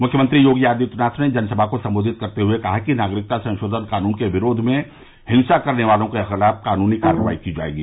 मुख्यमंत्री योगी आदित्यनाथ ने जनसमा को संबोधित करते हुए कहा कि नागरिकता संशोधन कानून के विरोध में हिंसा करने वालों के खिलाफ कानूनी कार्रवाई की जायेगी